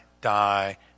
die